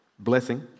blessing